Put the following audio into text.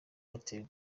airtel